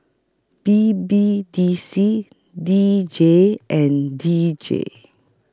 B B D C D J and D J